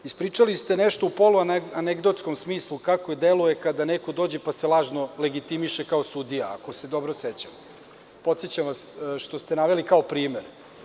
Ispričali ste nešto u poluanegdotskom smislu, kako deluje kada neko dođe pa se lažno legitimiše kao sudija, ako se dobro sećam, podsećam vas, što ste naveli kao primer.